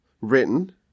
written